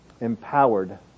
empowered